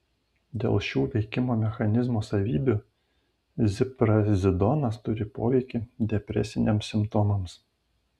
dėl šių veikimo mechanizmo savybių ziprazidonas turi poveikį depresiniams simptomams